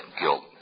guilt